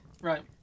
Right